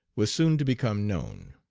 was soon to become known.